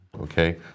okay